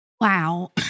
Wow